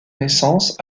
naissance